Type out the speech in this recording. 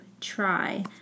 try